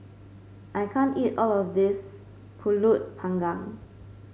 I can't eat all of this pulut panggang